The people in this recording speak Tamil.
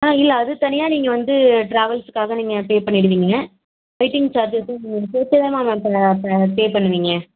ஆ இல்லை அது தனியாக நீங்கள் வந்து ட்ராவல்ஸுக்காக நீங்கள் பே பண்ணிவிடுவீங்க வெய்ட்டிங் சார்ஜஸ்ஸும் நீங்கள் எனக்கு சேர்த்தே தான் மேம் அதில் இப்போ பே பண்ணுவிங்க